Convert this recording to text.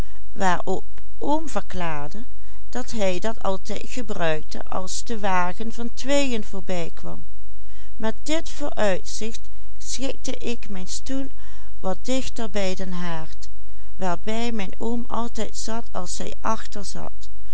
wagen van tweeën voorbijkwam met dit vooruitzicht schikte ik mijn stoel wat dichter bij den haard waarbij mijn oom altijd zat als hij achter zat